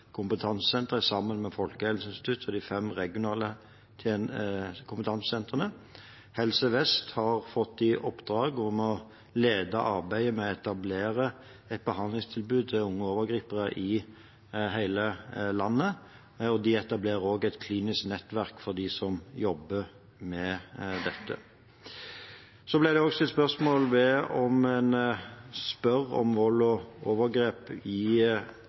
kompetansesenteret sammen med Folkehelseinstituttet og de fem regionale kompetansesentrene. Helse Vest har fått i oppdrag å lede arbeidet med å etablere et behandlingstilbud til unge overgripere i hele landet, og de etablerer også et klinisk nettverk for dem som jobber med dette. Så ble det også stilt spørsmål ved om en spør om vold og overgrep f.eks. i